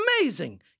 amazing